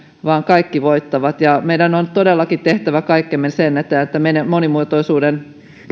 vaan kaikki voittavat meidän on todellakin tehtävä kaikkemme sen eteen että monimuotoisuuden